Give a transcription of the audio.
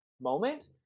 moment